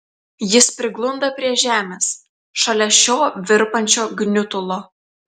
jis priglunda prie žemės šalia šio virpančio gniutulo